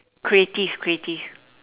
creative creative